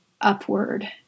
upward